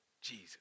Jesus